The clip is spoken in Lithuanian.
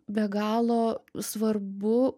be galo svarbu